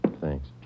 Thanks